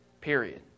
Period